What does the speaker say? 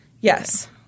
Yes